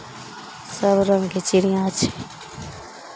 सभ रङ्गके चिड़ियाँ छै